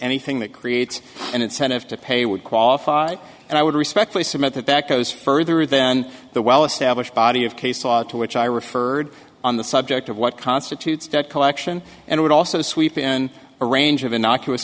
anything that creates an incentive to pay would qualify and i would respectfully submit that that goes further than the well established body of case law to which i referred on the subject of what constitutes debt collection and would also sweep in a range of innocuous